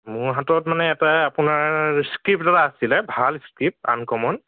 মোৰ হাতত মানে এটা আপোনাৰ স্ক্ৰীপ্ট এটা আছিলে ভাল স্ক্ৰীপ্ট আনকমন